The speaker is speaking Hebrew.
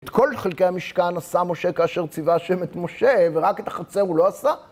את כל חלקי המשכן עשה משה כאשר ציווה השם את משה ורק את החצר הוא לא עשה?